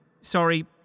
Sorry